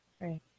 right